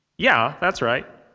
yeah, that's right.